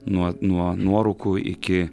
nuo nuo nuorūkų iki